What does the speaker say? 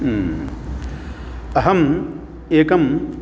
अहम् एकं